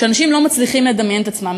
שאנשים לא מצליחים לדמיין את עצמם,